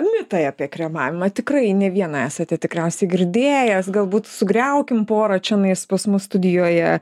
mitai apie kremavimą tikrai ne vieną esate tikriausiai girdėjęs galbūt sugriaukim pora čenais pas mus studijoje